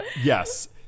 Yes